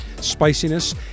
spiciness